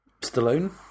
Stallone